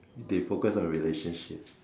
they focus on relationship